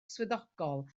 swyddogol